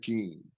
King